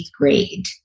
grade